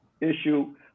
issue